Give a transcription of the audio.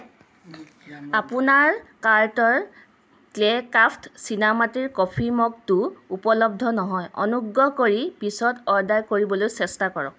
আপোনাৰ কাৰ্টৰ ক্লেক্ৰাফ্ট চীনামাটিৰ কফি মগটো উপলব্ধ নহয় অনুগ্ৰহ কৰি পিছত অৰ্ডাৰ কৰিবলৈ চেষ্টা কৰক